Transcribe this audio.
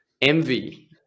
envy